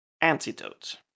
antidote